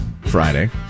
Friday